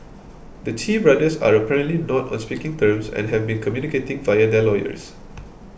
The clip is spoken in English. the Chee brothers are apparently not on speaking terms and have been communicating via their lawyers